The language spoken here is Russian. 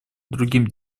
другим